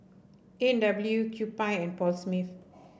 A and W Kewpie and Paul Smith